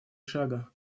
шага